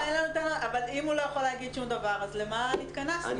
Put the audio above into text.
אבל אם הוא לא יכול להגיד שום, אז למה התכנסנו.